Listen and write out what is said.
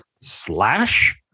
slash